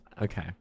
Okay